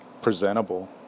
presentable